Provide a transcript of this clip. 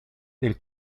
del